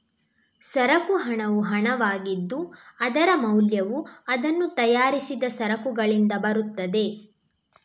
ಸರಕು ಹಣವು ಹಣವಾಗಿದ್ದು, ಅದರ ಮೌಲ್ಯವು ಅದನ್ನು ತಯಾರಿಸಿದ ಸರಕುಗಳಿಂದ ಬರುತ್ತದೆ